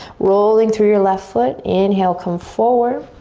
rolling through your left foot, inhale come forward,